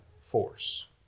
force